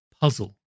puzzle